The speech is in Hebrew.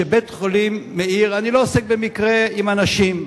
שבית-חולים "מאיר" אני לא עוסק במקרה עם אנשים,